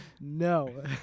No